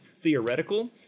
theoretical